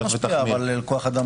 אבל זה לא משפיע על כוח האדם